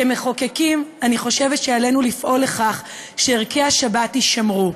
כמחוקקים אני חושבת שעלינו לפעול לכך שערכי השבת יישמרו,